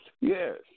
Yes